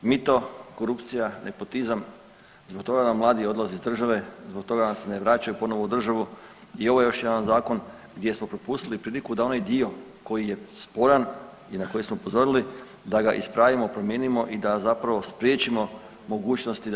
Mito, korupcija, nepotizam, zbog toga nam mladi odlaze iz države, zbog toga nam se ne vraćaju ponovo u državu i ovo je još jedan zakon gdje smo propustili priliku da onaj dio koji je sporan i na koji smo upozorili, da ga ispravimo, promijenimo i da zapravo spriječimo mogućnosti da